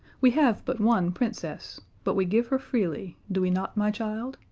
we have but one princess, but we give her freely do we not, my child?